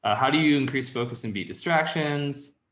ah how do you increase, focus and be distractions?